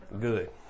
good